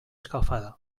escalfada